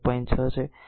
6 છે કહો કે 1